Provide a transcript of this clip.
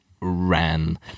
ran